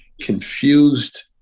confused